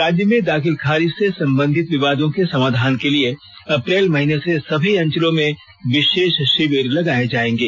राज्य में दाखिल खारिज से संबंधित विवादों के समाधान के लिए अप्रैल महीने से सभी अंचलों में विशेष शिविर लगाए जाएंगे